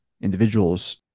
individuals